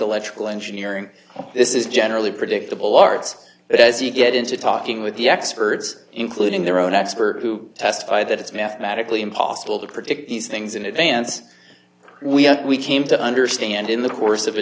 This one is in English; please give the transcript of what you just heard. electrical engineering this is generally predictable arts but as you get into talking with the experts including their own expert who testified that it's mathematically impossible to predict these things in advance we have we came to understand in the course of